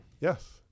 yes